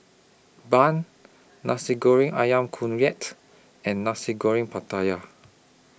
Bun Nasi Goreng Ayam Kunyit and Nasi Goreng Pattaya